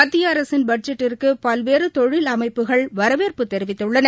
மத்தியஅரசின் பட்ஜெட்டிற்குபல்வேறுதொழில் அமைப்புகள் வரவேற்பு தெிவித்துள்ளன